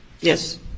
Yes